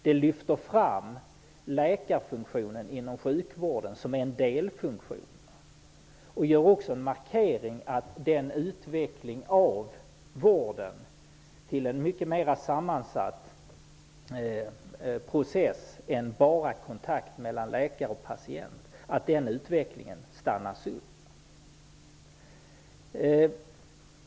Det lyfter fram läkarfunktionen som delfunktion inom sjukvården och ger också en markering av att den utveckling av vården till en mycket mera sammansatt process än bara kontakten mellan läkare och patient stannas upp.